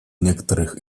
некоторых